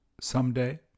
someday